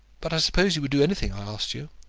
but i suppose you would do anything i asked you.